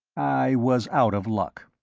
i was out of luck.